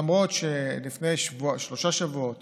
למרות שלפני שלושה שבועות